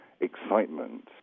excitement